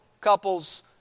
couples